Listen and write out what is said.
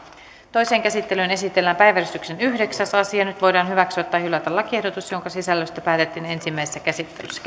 toiseen käsittelyyn esitellään päiväjärjestyksen yhdeksäs asia nyt voidaan hyväksyä tai hylätä lakiehdotus jonka sisällöstä päätettiin ensimmäisessä käsittelyssä